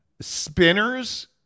spinners